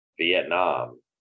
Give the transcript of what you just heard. Vietnam